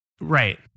Right